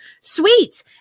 sweet